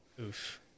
Oof